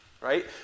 right